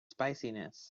spiciness